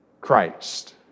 Christ